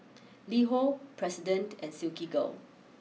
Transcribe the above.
LiHo President and Silkygirl